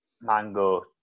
mango